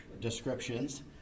descriptions